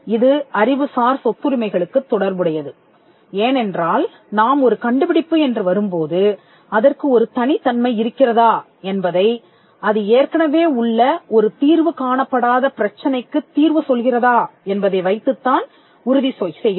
இது அறிவுசார் சொத்துரிமை களுக்குத் தொடர்புடையது ஏனென்றால் நாம் ஒரு கண்டுபிடிப்பு என்று வரும்போது அதற்கு ஒரு தனித்தன்மை இருக்கிறதா என்பதை அது ஏற்கனவே உள்ள ஒரு தீர்வு காணப்படாத பிரச்சனைக்குத் தீர்வு சொல்கிறதா என்பதை வைத்துத்தான் உறுதி செய்கிறோம்